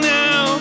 now